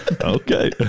Okay